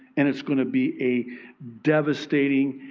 and it's goi ng to be a devastating,